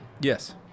Yes